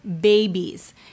babies